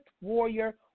Warrior